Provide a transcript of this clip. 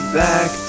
back